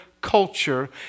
culture